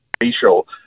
facial